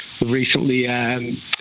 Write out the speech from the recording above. recently